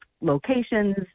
locations